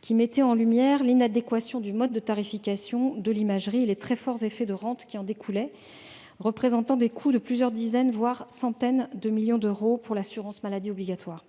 qui mettait en lumière l'inadéquation du mode de tarification de l'imagerie et les très forts effets de rente qui en découlaient, représentant des coûts de plusieurs dizaines, voire centaines de millions d'euros pour l'assurance maladie obligatoire.